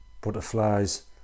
butterflies